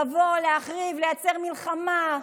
לבוא, להחריב, לייצר מלחמה.